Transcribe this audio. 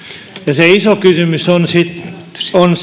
se iso kysymys on